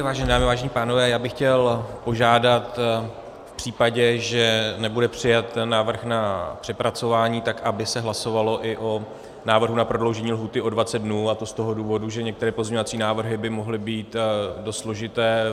Vážené dámy, vážení pánové, já bych chtěl požádat v případě, že nebude přijat ten návrh na přepracování, tak aby se hlasovalo i o návrhu na prodloužení lhůty o 20 dnů, a to z toho důvodu, že některé pozměňovací návrhy by mohly být dost složité.